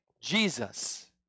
Jesus